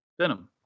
Venom